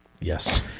yes